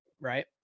right